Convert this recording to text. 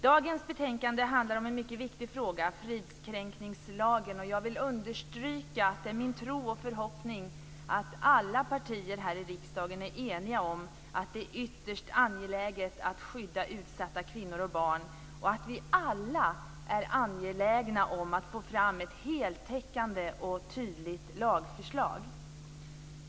Dagens betänkande handlar om en mycket viktig fråga, fridskränkningslagen. Jag vill understryka att det är min tro och förhoppning att alla partier här i riksdagen är eniga om att det är ytterst angeläget att skydda utsatta kvinnor och barn och att vi alla är angelägna att få fram ett heltäckande och tydligt lagförslag.